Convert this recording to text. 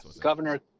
Governor